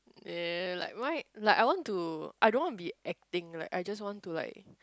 ya like my~ like I want to I don't want to be acting like I just want to like